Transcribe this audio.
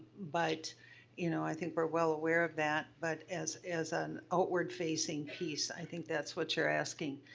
but you know i think we're well aware of that, but as as an outward-facing piece, i think that's what you're asking,